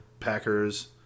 Packers